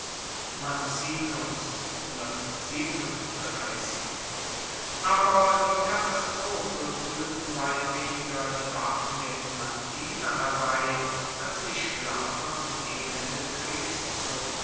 gaius hostilius mancinus aber die katastrophe führten weit weniger die waffen der numantiner herbei als die schlaffe und elende